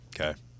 okay